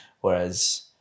Whereas